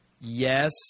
Yes